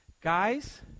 Guys